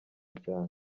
cyane